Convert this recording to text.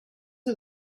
are